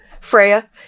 Freya